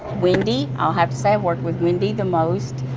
wendy, i'll have to say, i've worked with wendy the most.